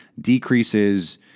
decreases